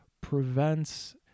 prevents